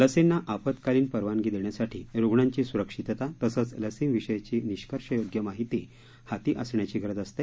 लसींना आपत्कालीन परवानगी देण्यासाठी रुग्णांची सुरक्षितता तसंच लसींविषयीची निष्कर्षयोग्य माहिती हाती असण्याची गरज असते